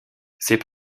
ses